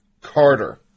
Carter